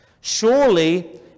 Surely